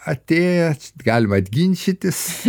atėjęs galima ginčytis